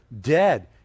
dead